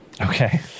Okay